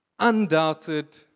Undoubted